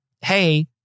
hey